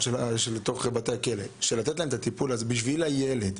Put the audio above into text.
בשביל הילד.